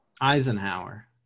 eisenhower